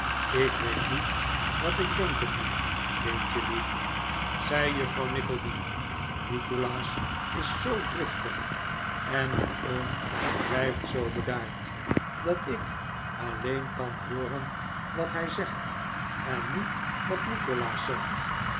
ik weet niet wat ik denken moet kindlier zei juffrouw nickleby nikolaas is zoo driftig en uw oom blijft zoo bedaard dat ik alleen kan hooren wat hij zegt en niet wat nikolaas zegt